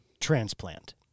Transplant